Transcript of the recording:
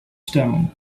stone